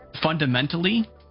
fundamentally